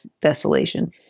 desolation